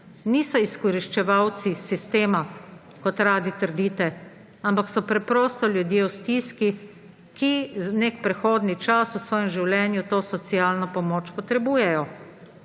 niso izkoriščevalci sistema, kot radi trdite, ampak so preprosto ljudje v stiski, ki nek prehodni čas v svojem življenju to socialno pomoč potrebujejo.